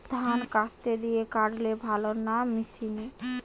ধান কাস্তে দিয়ে কাটলে ভালো না মেশিনে?